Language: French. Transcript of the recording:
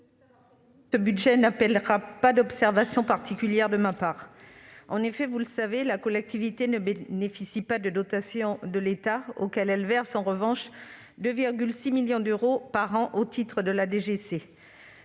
ce budget n'appellera pas d'observation particulière de ma part. En effet, vous le savez, la collectivité ne bénéficie pas de dotations de l'État. Elle lui verse, en revanche, 2,6 millions d'euros par an au titre de la